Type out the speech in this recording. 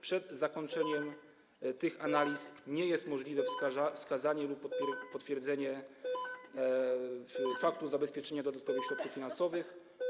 Przed zakończeniem tych analiz nie jest możliwe wskazanie lub potwierdzenie faktu zabezpieczenia dodatkowych środków finansowych.